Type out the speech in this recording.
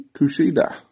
Kushida